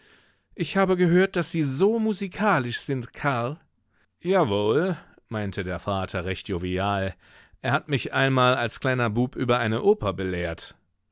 ich habe gehört daß sie so musikalisch sind karl jawohl meinte der vater recht jovial er hat mich einmal als kleiner bub über eine oper belehrt